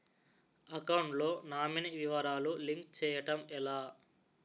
Account లో nominee వివరాలు link చేయటం ఎలా?